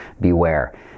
beware